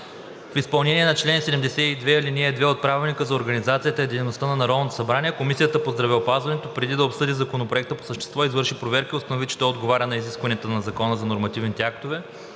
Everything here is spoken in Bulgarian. В изпълнение на чл. 72, ал. 2 от Правилника за организацията и дейността на Народното събрание Комисията по здравеопазването, преди да обсъди Законопроекта по същество, извърши проверка и установи, че той отговаря на изискванията на Закона за нормативните актове,